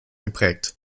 geprägt